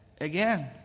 Again